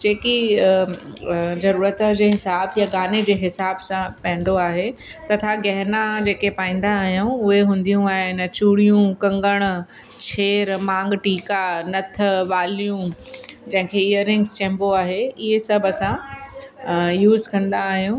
जेकी ज़रूरत जे हिसाब या गाने जे हिसाब सां पवंदो आहे तथा गहेना जेके पाईंदा आयूं उहे हूंदियूं आहिनि चूड़ियूं कंगण छेर मांग टीका नथ वालियूं जंहिंखे ईयररिंग्स चइबो आहे इहे सभु असां यूस कंदा आहियूं